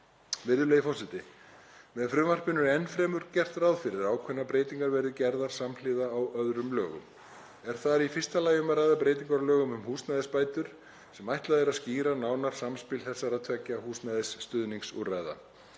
Virðulegi forseti. Með frumvarpinu er enn fremur gert ráð fyrir að ákveðnar breytingar verði gerðar samhliða á öðrum lögum. Er þar í fyrsta lagi um að ræða breytingar á lögum um húsnæðisbætur, sem ætlað er að skýra nánar samspil þessara tveggja húsnæðisstuðningsúrræða.